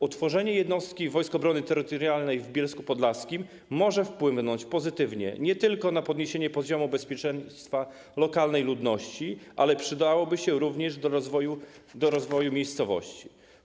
Utworzenie jednostki Wojsk Obrony Terytorialnej w Bielsku Podlaskim może wpłynąć pozytywnie nie tylko na podniesienie poziomu bezpieczeństwa lokalnej ludności, ale przydałoby się również do rozwoju miejscowości.